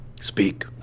Speak